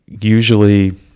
usually